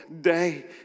day